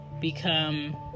become